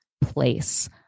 place